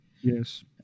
yes